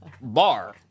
bar